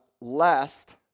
lest